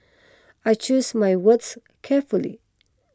I choose my words carefully